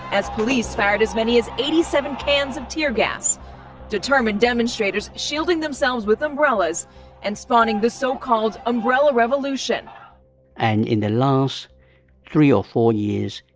as police fired as many as eighty seven cans of tear gas determined demonstrators shielding themselves with umbrellas and spawning the so-called umbrella revolution and in the last three or four years,